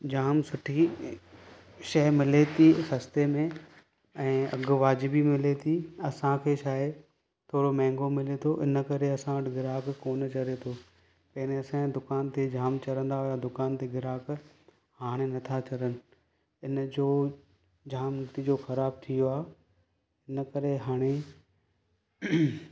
जाम सुठी शइ मिले थी सस्ते में ऐं अघु वाजिबी मिले थी असांखे छा आहे थोरो महांगो मिले थो इन करे असां वटि ग्राहक कोन चढ़े थो पहिरें असांजे दुकान ते जाम चढ़ंदा हुआ दुकान ते ग्राहक हाणे नथा थरनि इन जो जाम नतीजो ख़राब थी वियो आहे हिन करे हाणे